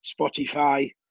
Spotify